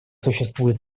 существует